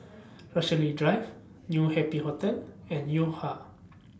Rochalie Drive New Happy Hotel and Yo Ha